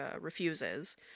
refuses